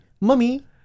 mummy